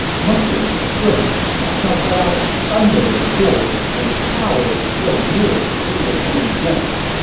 mustering his strength, ma chao let out a thunderous roar and powered his way north into the enemy ranks,